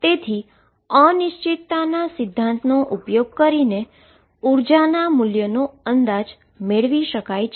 તેથી અનસર્ટેનીટીના સિદ્ધાંતનો ઉપયોગ કરીને એનર્જીના મુલ્યનો અંદાજ મેળવી શકાય છે